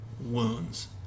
wounds